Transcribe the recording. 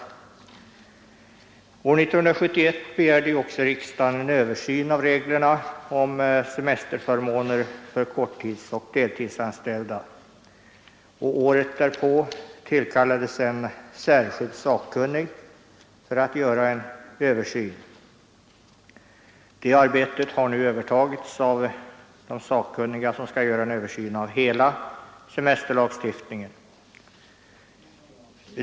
År 1971 begärde riksdagen en översyn av reglerna om semesterförmåner för korttidsoch deltidsanställda, och året därpå tillkallades en särskild sakkunnig för att göra denna översyn. Det arbetet har nu övertagits av de sakkunniga som skall göra en översyn av hela semesterlagstiftningen.